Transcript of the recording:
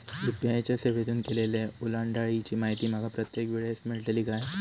UPI च्या सेवेतून केलेल्या ओलांडाळीची माहिती माका प्रत्येक वेळेस मेलतळी काय?